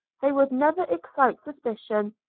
they would never excite suspicion,